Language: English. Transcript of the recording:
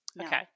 Okay